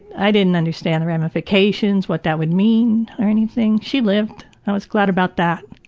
i didn't understand the ramifications what that would mean or anything. she lived. i was glad about that.